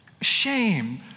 shame